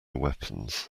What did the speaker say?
weapons